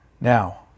Now